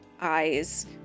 eyes